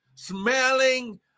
smelling